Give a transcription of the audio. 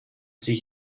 sich